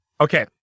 Okay